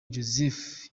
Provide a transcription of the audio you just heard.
joseph